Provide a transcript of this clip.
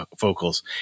vocals